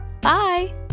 Bye